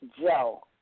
Joe